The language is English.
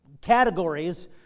categories